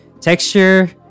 texture